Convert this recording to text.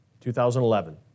2011